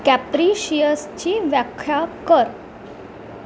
कॅप्रिशियसची व्याख्या कर